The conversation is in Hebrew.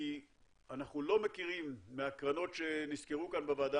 כי אנחנו לא מכירים מהקרנות שנסקרו כאן בוועדה